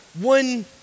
one